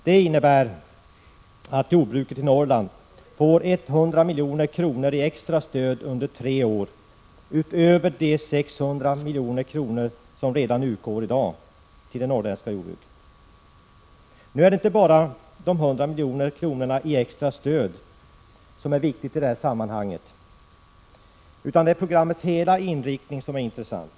Det innebär att jordbruket i Norrland får 100 milj.kr. i extra stöd under tre år utöver de 600 milj.kr. som redan i dag utgår. Det är inte bara de 100 miljonerna i extra stöd som är viktiga i Prot. 1986/87:128 sammanhanget, utan programmets hela inriktning är intressant.